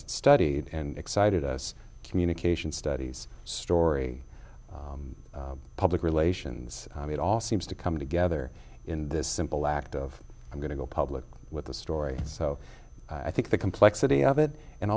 studied and excited us communication studies story public relations it all seems to come together in this simple act of i'm going to go public with the story so i think the complexity of it and